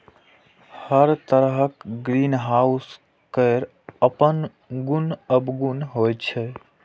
हर तरहक ग्रीनहाउस केर अपन गुण अवगुण होइ छै